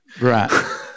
Right